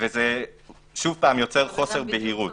זה שוב יוצר אי-בהירות.